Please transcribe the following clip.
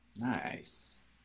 Nice